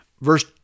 Verse